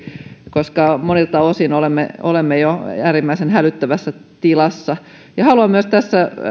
koska monilta osin olemme olemme jo äärimmäisen hälyttävässä tilassa haluan tässä